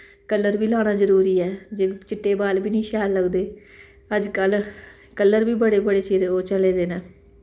colour बी लाना जरूरी ऐ जे चिट्टे बाल बी नी शैल लगदे अज्जकल कलर बी बड़े बड़े ओह् चले दे न